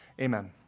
Amen